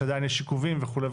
שעדיין יש עיכובים וכו'.